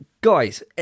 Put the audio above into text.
guys